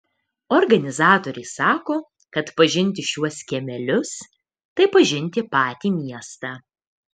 organizatoriai sako kad pažinti šiuos kiemelius tai pažinti patį miestą